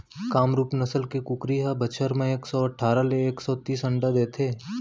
कामरूप नसल के कुकरी ह बछर म एक सौ अठारा ले एक सौ तीस अंडा देथे